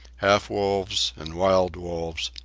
half-wolves and wild wolves,